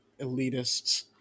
elitists